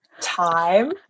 time